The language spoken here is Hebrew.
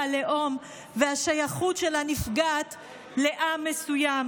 הלאום והשייכות של הנפגעת לעם מסוים.